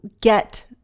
get